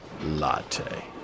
latte